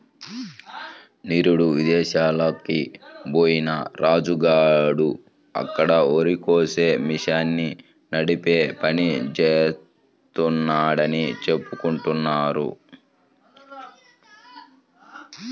నిరుడు ఇదేశాలకి బొయ్యిన రాజు గాడు అక్కడ వరికోసే మిషన్ని నడిపే పని జేత్తన్నాడని చెప్పుకుంటున్నారు